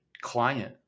client